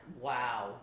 Wow